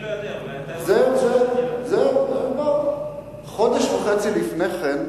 באופן מפתיע מאוד, מאוד מאוד מפתיע,